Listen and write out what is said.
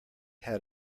had